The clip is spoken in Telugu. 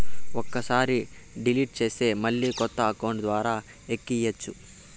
ఒక్కసారి డిలీట్ చేస్తే మళ్ళీ కొత్త అకౌంట్ ద్వారా ఎక్కియ్యచ్చు